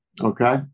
Okay